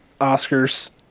Oscars